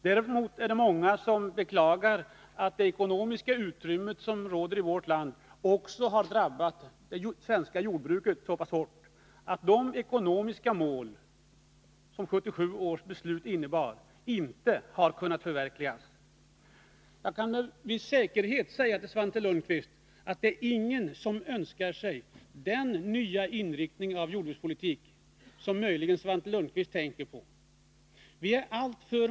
Däremot beklagar många att de ekonomiska svårigheterna i vårt land också har drabbat jordbruket så pass hårt att de ekonomiska mål som uppställdes vid 1977 års beslut inte har kunnat förverkligas. Jag kan med en viss säkerhet säga till Svante Lundkvist att ingen önskar sig den nya inriktning av jordbrukspolitiken som Svante Lundkvist möjligen tänker på.